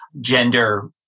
gender